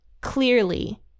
clearly